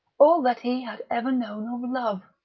all that he had ever known of love.